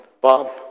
Bob